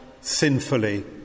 sinfully